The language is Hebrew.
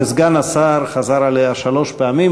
וסגן השר חזר עליה שלוש פעמים,